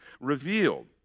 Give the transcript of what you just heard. revealed